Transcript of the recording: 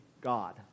God